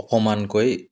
অকণমানকৈ